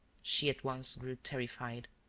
she at once grew terrified.